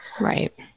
right